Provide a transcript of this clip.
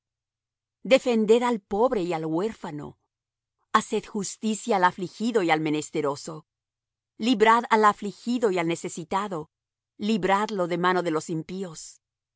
defended al pobre y al huérfano haced justicia al afligido y al menesteroso librad al afligido y al necesitado libradlo de mano de los impíos no